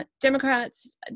Democrats